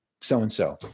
so-and-so